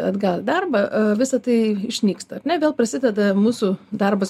atgal į darbą visa tai išnyksta ar ne vėl prasideda mūsų darbas